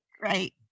Right